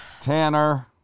Tanner